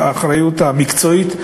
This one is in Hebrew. האחריות המקצועית,